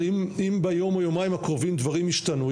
אם ביום או יומיים הקרובים דברים ישתנו,